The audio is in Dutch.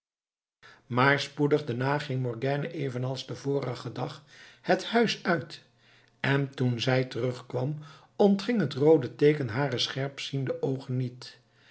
maar spoedig daarna ging morgiane evenals den vorigen dag het huis uit en toen zij terugkwam ontging het roode teeken haren scherpzienden oogen niet